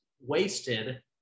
wasted